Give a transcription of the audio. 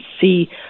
see